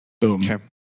Boom